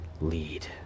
lead